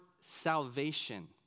salvation